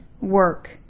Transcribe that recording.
work